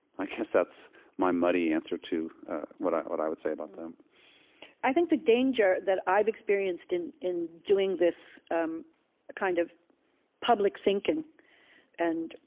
i guess that's my muddy answer to what i what i would say about them i think the danger that i've experienced in in doing this um kind of public thinking and,